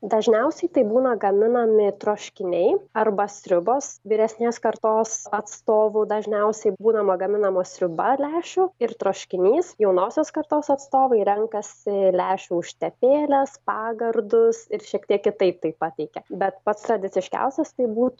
dažniausiai tai būna gaminami troškiniai arba sriubos vyresnės kartos atstovų dažniausiai būna ma gaminama sriuba lęšių ir troškinys jaunosios kartos atstovai renkasi lęšių užtepėles pagardus ir šiek tiek kitaip tai pateikia bet pats tradiciškiausias tai būtų